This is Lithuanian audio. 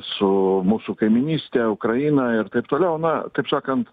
su mūsų kaimynyste ukraina ir taip toliau na taip sakant